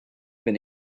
been